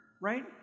right